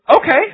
okay